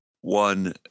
one